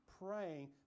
praying